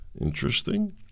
Interesting